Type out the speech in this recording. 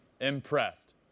impressed